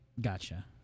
Gotcha